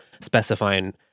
specifying